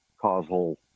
causal